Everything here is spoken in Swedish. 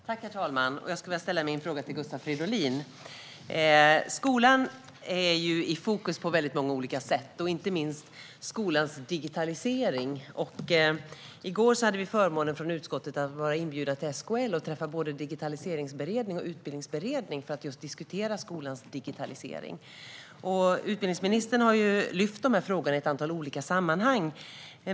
Herr talman! Jag skulle vilja ställa min fråga till Gustav Fridolin. Skolan är i fokus på väldigt många olika sätt. Inte minst gäller det skolans digitalisering. I går hade vi i utskottet förmånen att vara inbjudna till SKL och träffa både digitaliseringsberedning och utbildningsberedning för att diskutera skolans digitalisering. Utbildningsministern har ju lyft fram de här frågorna i ett antal olika sammanhang.